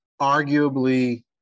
arguably